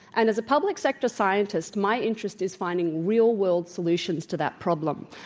and as a public sector scientist, my interest is finding real world solutions to that problem.